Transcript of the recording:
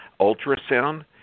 Ultrasound